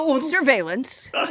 surveillance